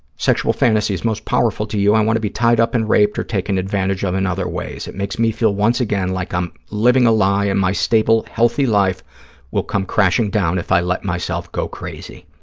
sexual fantasies most powerful to you. i want to be tied up and raped or taken advantage of in and other ways. it makes me feel, once again, like i'm living a lie and my stable, healthy life will come crashing down if i let myself go crazy.